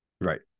right